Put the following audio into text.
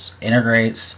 integrates